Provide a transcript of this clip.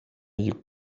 you